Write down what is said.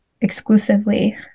exclusively